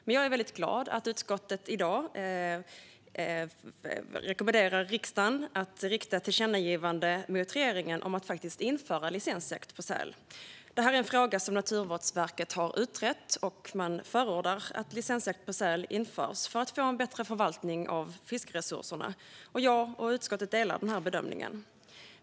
Men jag är glad att utskottet i dag rekommenderar riksdagen att rikta ett tillkännagivande till regeringen om att införa licensjakt på säl. Det är en fråga som Naturvårdsverket har utrett. Man förordar att licensjakt på säl införs, för att få en bättre förvaltning av fiskresurserna. Jag och utskottet delar denna bedömning.